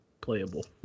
playable